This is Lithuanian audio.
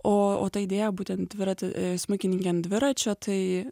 o o ta idėja būtent dviratį smuikininkė an dviračio tai